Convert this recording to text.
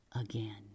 again